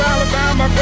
Alabama